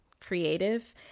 creative